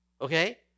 Okay